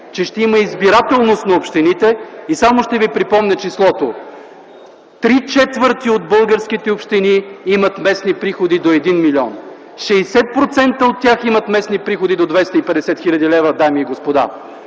че ще има избирателност на общините. Само ще ви припомня числото – три четвърти от българските общини имат местни приходи до 1 милион, 60% от тях имат местни приходи до 250 хил. лв., дами и господа.